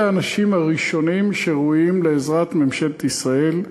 ואלה האנשים הראשונים שראויים לעזרת ממשלת ישראל.